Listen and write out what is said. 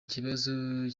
ikibazo